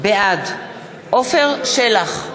בעד עפר שלח,